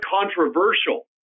controversial